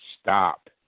Stop